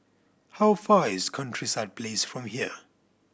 how far is Countryside Place from here